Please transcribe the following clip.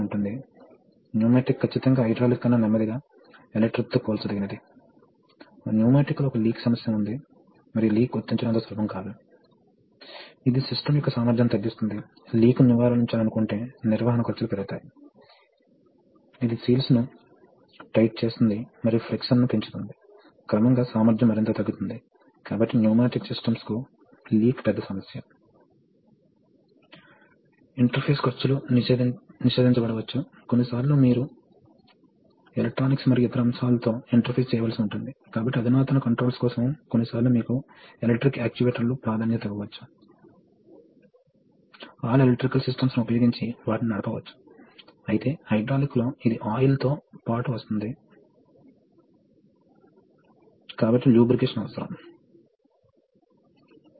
కాబట్టి ఉదాహరణకు పైన పేర్కొన్న సిస్టం ను ఆటోమేట్ చేసే పథకాన్ని మీరు క్లుప్తంగా వివరించగలరా అంటే intermediate pressure mode pressure setting ని మించినప్పుడు సిస్టమ్ ఆటోమాటిక్ గా ప్రెషర్ మోడ్ కు మారుతుంది కాబట్టి మీరు ప్రెషర్ ని గ్రహించే కొన్ని కంట్రోల్ మెకానిజం ని రూపొందించవచ్చు మరియు అది ఆన్ అవుతుంది